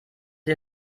dir